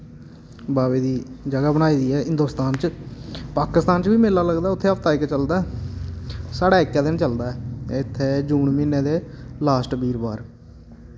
बावे दी जगह बनाई दी ऐ हिंदोस्तान च पाकिस्तान च बी मेला लगदा उत्थै हफ्ता इक चलदा साढ़ै इक्कै दिन चलदा ऐ इत्थै जून म्हीनै ते लास्ट बीरवार